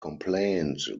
complained